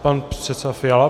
Pan předseda Fiala?